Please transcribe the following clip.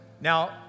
Now